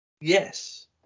Yes